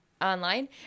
online